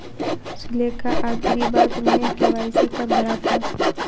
सुलेखा, आखिरी बार तुमने के.वाई.सी कब भरा था?